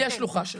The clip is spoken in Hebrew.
היא השולחה שלך,